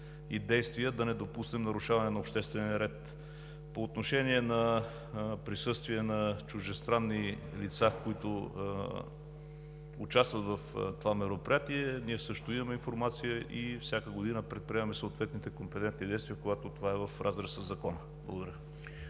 и действия да не допуснем нарушаване на обществения ред. По отношение на присъствие на чуждестранни лица, които участват в това мероприятие, ние също имаме информация и всяка година предприемаме съответните компетентни действия, когато това е в разрез със закона. Благодаря.